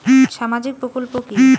সামাজিক প্রকল্প কি?